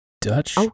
Dutch